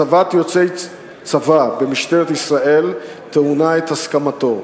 הצבת יוצא צבא במשטרת ישראל טעונה את הסכמתו.